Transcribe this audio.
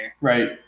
Right